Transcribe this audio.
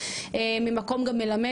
ממקום גם מלמד.